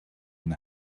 and